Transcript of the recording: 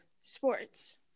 sports